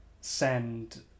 send